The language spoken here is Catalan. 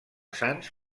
sants